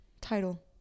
title